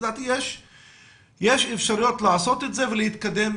לדעתי יש אפשרויות לעשות את זה ולהתקדם.